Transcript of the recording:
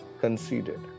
conceded